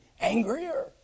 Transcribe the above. angrier